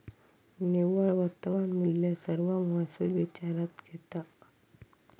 निव्वळ वर्तमान मुल्य सर्व महसुल विचारात घेता